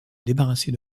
débarrasser